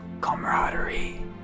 camaraderie